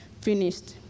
finished